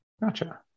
Gotcha